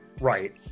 Right